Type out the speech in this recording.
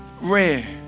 rare